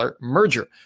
merger